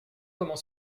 comment